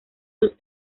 sus